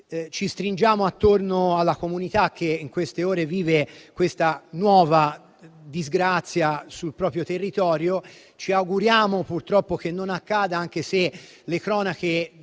Ci stringiamo attorno alla comunità che in queste ore vive una nuova disgrazia sul proprio territorio. Ci auguriamo che non riaccada, anche se le cronache